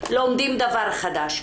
לומדים דבר חדש.